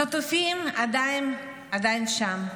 החטופים עדיין שם,